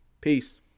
Peace